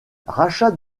rachat